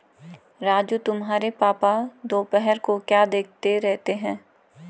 राजू तुम्हारे पापा दोपहर को क्या देखते रहते हैं?